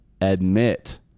admit